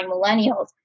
millennials